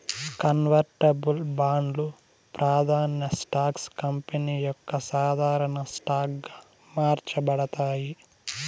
convertible బాండ్లు, ప్రాదాన్య stocks company యొక్క సాధారన స్టాక్ గా మార్చబడతాయి